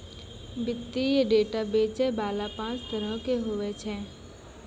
वित्तीय डेटा बेचै बाला पांच तरहो के होय छै